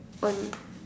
on